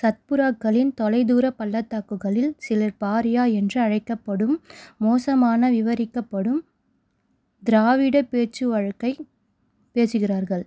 சத்புராக்களின் தொலைதூரப் பள்ளத்தாக்குகளில் சிலர் பாரியா என்று அழைக்கப்படும் மோசமான விவரிக்கப்படும் திராவிடப் பேச்சு வழக்கைப் பேசுகிறார்கள்